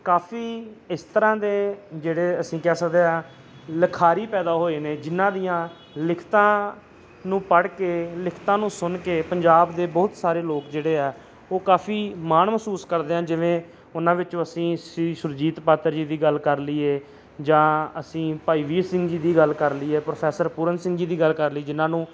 ਕਾਫੀ ਇਸ ਤਰ੍ਹਾਂ ਦੇ ਜਿਹੜੇ ਅਸੀਂ ਕਹਿ ਸਕਦੇ ਹਾਂ ਲਿਖਾਰੀ ਪੈਦਾ ਹੋਏ ਨੇ ਜਿਹਨਾਂ ਦੀਆਂ ਲਿਖਤਾਂ ਨੂੰ ਪੜ੍ਹ ਕੇ ਲਿਖਤਾਂ ਨੂੰ ਸੁਣ ਕੇ ਪੰਜਾਬ ਦੇ ਬਹੁਤ ਸਾਰੇ ਲੋਕ ਜਿਹੜੇ ਆ ਉਹ ਕਾਫੀ ਮਾਣ ਮਹਿਸੂਸ ਕਰਦੇ ਆ ਜਿਵੇਂ ਉਹਨਾਂ ਵਿੱਚੋਂ ਅਸੀਂ ਸ਼੍ਰੀ ਸੁਰਜੀਤ ਪਾਤਰ ਜੀ ਦੀ ਗੱਲ ਕਰ ਲਈਏ ਜਾਂ ਅਸੀਂ ਭਾਈ ਵੀਰ ਸਿੰਘ ਜੀ ਦੀ ਗੱਲ ਕਰ ਲਈਏ ਪ੍ਰੋਫੈਸਰ ਪੂਰਨ ਸਿੰਘ ਜੀ ਦੀ ਗੱਲ ਕਰ ਲਈ ਜਿਹਨਾਂ ਨੂੰ